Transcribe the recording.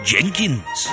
Jenkins